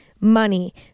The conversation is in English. money